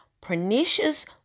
Pernicious